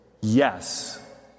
yes